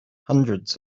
hundreds